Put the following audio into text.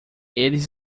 eles